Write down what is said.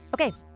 Okay